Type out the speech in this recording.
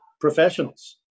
professionals